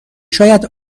شاید